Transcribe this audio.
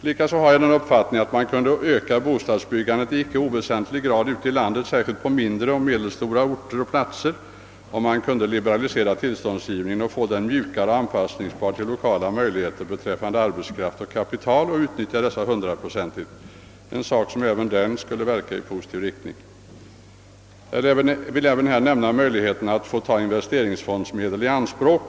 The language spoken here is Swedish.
Likaså har jag den uppfattningen att man kunde öka bostadsbyggandet ute i landet i icke oväsentlig grad, särskilt på mindre och medelstora platser, om tillståndsgivningen kunde liberaliseras och göras mjukare och mera anpassningsbar till lokala möjligheter när det gäller arbetskraft och kapital. Att utnyttja de möjligheterna hundraprocentigt är även det en sak som skulle verka i positiv riktning. Jag vill här också nämna möjligheterna att ta investeringsfondsmedel i anspråk.